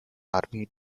army